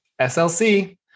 SLC